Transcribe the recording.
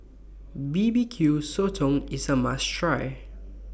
B B Q Sotong IS A must Try